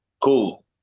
Cool